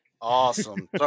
Awesome